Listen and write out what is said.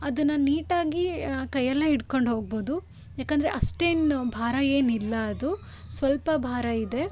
ಅದನ್ನು ನೀಟಾಗಿ ಕೈಯಲ್ಲೇ ಹಿಡ್ಕೊಂಡು ಹೋಗ್ಬೋದು ಯಾಕಂದರೆ ಅಷ್ಟೇನೂ ಭಾರ ಏನು ಇಲ್ಲ ಅದು ಸ್ವಲ್ಪ ಭಾರ ಇದೆ